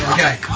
Okay